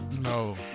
No